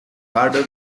harder